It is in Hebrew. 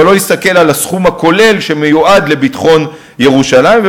לא להסתכל על הסכום הכולל שמיועד לביטחון ירושלים.